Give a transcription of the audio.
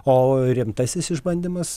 o rimtasis išbandymas